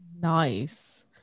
Nice